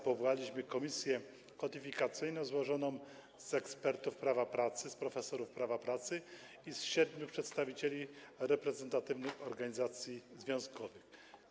Powołaliśmy komisję kodyfikacyjną złożoną z ekspertów prawa pracy, z profesorów prawa pracy i z siedmiu przedstawicieli reprezentatywnych organizacji związkowych.